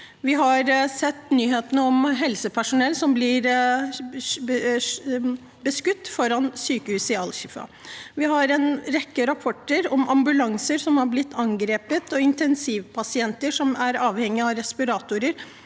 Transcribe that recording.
Vi har sett nyhetene om helsepersonell som blir beskutt foran Al-Shifa-sykehuset. Vi har en rekke rapporter om at ambulanser har blitt angrepet, og intensivpasienter som er avhengige av respiratorer